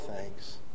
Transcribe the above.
thanks